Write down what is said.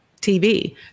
tv